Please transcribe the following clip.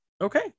okay